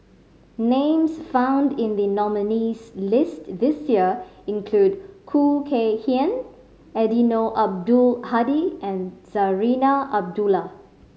names found in the nominees' list this year include Khoo Kay Hian Eddino Abdul Hadi and Zarinah Abdullah